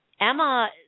emma